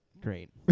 great